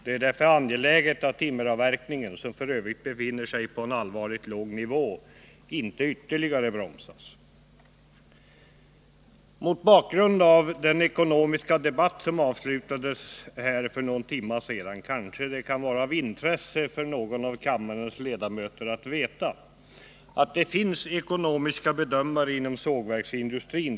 Det är därför angeläget att timmeravverkningen, som f. ö. befinner sig på en allvarligt låg nivå, inte ytterligare bromsas. Mot bakgrund av den ekonomiska debatt som avslutades här för någon timme sedan kan det kanske vara av intresse för kammarens ledamöter att veta att det har gjorts vissa ekonomiska bedömningar inom sågverksindustrin.